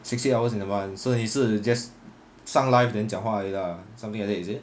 sixty hours in a month so 你是 just 上 live then 讲话而已 lah something like that is it